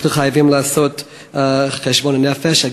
אנחנו חייבים לעשות חשבון נפש.